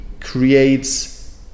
creates